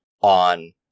on